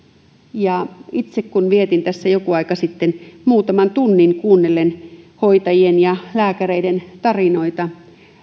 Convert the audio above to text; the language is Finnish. itse kun vietin tässä joku aika sitten muutaman tunnin kuunnellen hoitajien ja lääkäreiden tarinoita